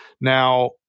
Now